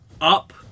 up